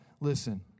listen